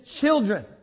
children